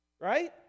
Right